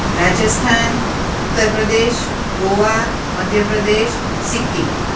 Rajasthan Uttar Pradesh Goa Madhya Pradesh Sikkim